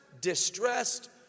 distressed